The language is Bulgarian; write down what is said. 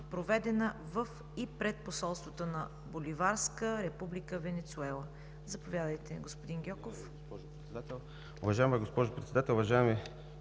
проведена в и пред посолството на Боливарска Република Венецуела. Заповядайте, господин Гьоков.